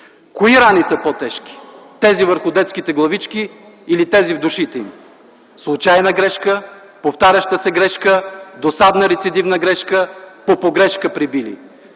Кои рани са по-тежки? Тези върху детските главички или тези в душите им? Случайна грешка, повтаряща се грешка, досадна рецидивна грешка, по погрешка пребили!